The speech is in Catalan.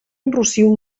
enrossiu